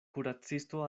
kuracisto